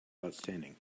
outstanding